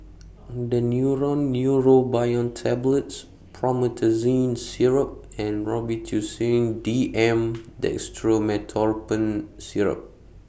Daneuron Neurobion Tablets Promethazine Syrup and Robitussin D M Dextromethorphan Syrup